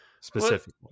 specifically